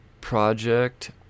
Project